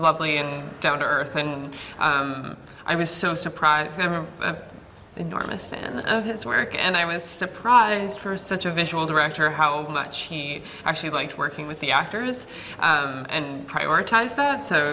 lovely and down to earth and i was so surprised never enormous fan of his work and i was surprised for such a visual director how much he actually liked working with the actors and prioritize that so